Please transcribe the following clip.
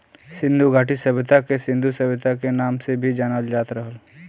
सिन्धु घाटी सभ्यता के सिन्धु सभ्यता के नाम से भी जानल जात रहल